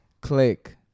Click